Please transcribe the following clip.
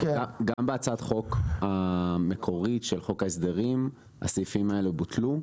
גם בהצעת החוק המקורית של חוק ההסדרים הסעיפים האלה בוטלו.